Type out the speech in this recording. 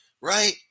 right